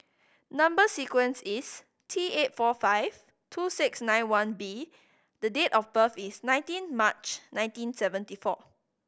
number sequence is T eight four five two six nine one B the date of birth is nineteen March nineteen seventy four